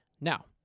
now